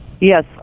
Yes